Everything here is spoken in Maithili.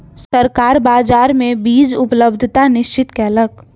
सरकार बाजार मे बीज उपलब्धता निश्चित कयलक